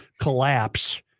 collapse